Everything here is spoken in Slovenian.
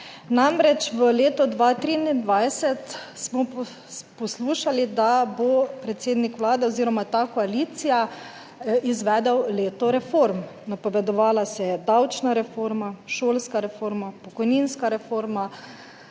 namreč v letu 2023 smo poslušali, da bo predsednik Vlade oz. ta koalicija izvedel leto reform. Napovedovala se je davčna reforma, šolska reforma, pokojninska reforma,